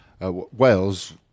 Wales